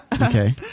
okay